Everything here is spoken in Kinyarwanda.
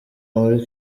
muri